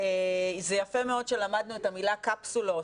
שזה יפה מאוד שלמדנו את המילה קפסולות,